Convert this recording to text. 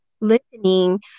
listening